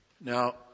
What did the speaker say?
Now